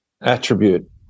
attribute